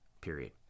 period